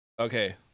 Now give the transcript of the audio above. Okay